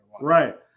Right